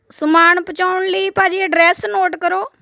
ਸਮਾਨ ਪਹੁੰਚਾਉਣ ਲਈ ਭਾਅ ਜੀ ਐਡਰੈਸ ਨੋਟ ਕਰੋ